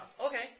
Okay